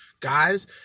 Guys